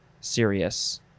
serious